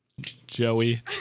Joey